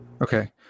Okay